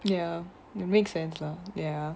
ya it makes sense lah ya